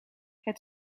het